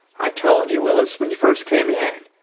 i told you, willis, when you first came in.